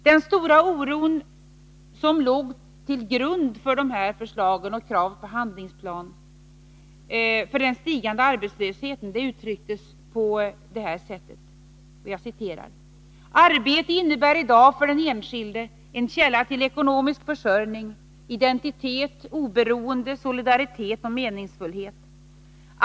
Den stora oron för en stigande arbetslöshet, som låg till grund för förslagen och kravet på en handlingsplan, uttrycktes på detta sätt: Arbete innebär i dag för den enskilde en källa till ekonomisk försörjning, identitet, oberoende, solidaritet och meningsfullhet.